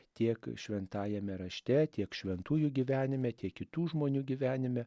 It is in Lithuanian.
tiek šventajame rašte tiek šventųjų gyvenime tiek kitų žmonių gyvenime